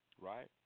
Right